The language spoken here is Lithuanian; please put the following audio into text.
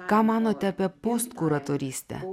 ką manote apie postkuratorystę